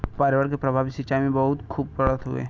पर्यावरण के प्रभाव भी सिंचाई पे खूब पड़त हउवे